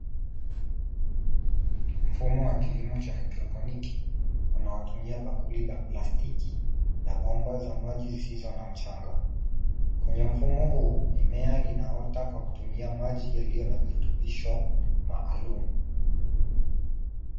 Mfumo wa kilimo cha haidroponiki unaotumia bakuli za plastiki na bomba za maji zisizo na mchanga. Kwenye mfumo huu mimea inaota kwa kutumia maji yaliyo na virutubisho maalum.